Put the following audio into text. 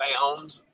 found